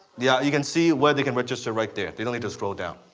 yeah, you can see where they can register right there, they don't need to scroll down.